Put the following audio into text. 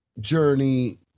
journey